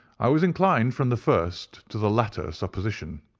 i was inclined from the first to the latter supposition.